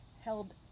held